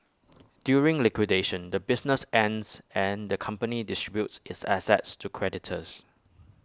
during liquidation the business ends and the company distributes its assets to creditors